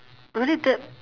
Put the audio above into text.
really that